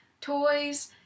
toys